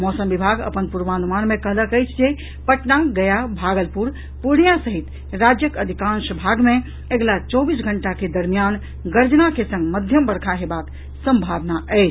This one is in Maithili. मौसम विभाग अपन पूर्वानुमान मे कहलक अछि जे पटना गया भागलपुर पूर्णियां सहित राज्यक अधिकांश भाग मे अगिला चौबीस घंटा के दरमियान गर्जना के संग मध्यम बर्षा हेबाक संभावना अछि